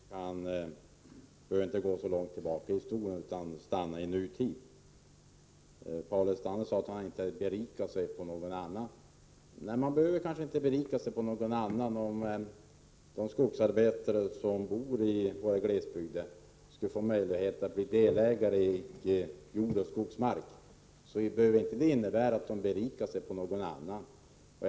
Fru talman! Jag skall inte som Paul Lestander gå tillbaka till Karl Marx. Jag tycker inte vi behöver gå så långt tillbaka i historien utan kan stanna i nutiden. Paul Lestander sade att han inte hade berikat sig på någon annan. Nej, man behöver kanske inte berika sig på någon annan. Om de skogsarbetare som bor i våra glesbygder skulle få möjlighet att bli delägare i jordoch skogsmark, behöver inte detta innebära att de berikar sig på någon annan.